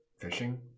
Fishing